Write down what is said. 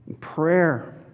prayer